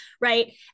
right